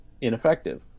ineffective